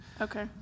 okay